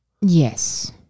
yes